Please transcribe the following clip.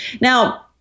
Now